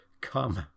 come